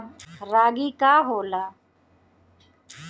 रागी का होला?